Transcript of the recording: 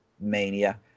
Mania